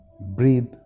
Breathe